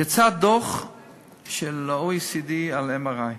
יצא דוח של ה-OECD על ה-MRI.